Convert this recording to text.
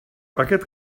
aquest